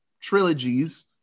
trilogies